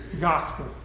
gospel